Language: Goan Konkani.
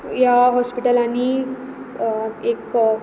ह्या हॉस्पिटलांनी एक